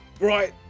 right